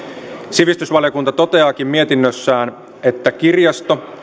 sivistysvaliokunta toteaakin mietinnössään että kirjasto